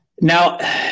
Now